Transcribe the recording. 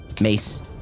Mace